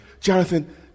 Jonathan